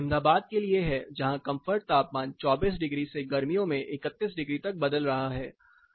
तो यह अहमदाबाद के लिए है जहाँ कंफर्ट तापमान 24 डिग्री से गर्मियों में 31 डिग्री तक बदल रहा है